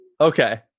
Okay